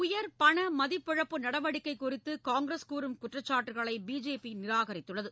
உயர் பண மதிப்பிழப்பு நடவடிக்கை குறித்து காங்கிரஸ் கூறும் குற்றச்சாட்டுக்களை பிஜேபி நிராகரித்துள்ளது